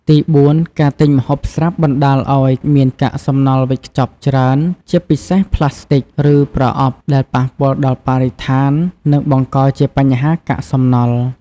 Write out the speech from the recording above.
ទីបួន ការទិញម្ហូបស្រាប់បណ្តាលឱ្យមាន កាកសំណល់វេចខ្ចប់ច្រើន ជាពិសេសប្លាស្ទិក ឬប្រអប់ ដែលប៉ះពាល់ដល់បរិស្ថាន និងបង្កជាបញ្ហាកាកសំណល់។